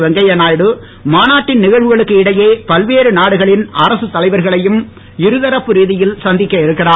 வெங்கையநாயுடு மாநாட்டின் நிகழ்வுகளுக்கு இடையே பல்வேறு நாடுகளின் அரசுத் தலைவர்களையும் இருதரப்பு ரீதியில் சந்திக்க இருக்கிறார்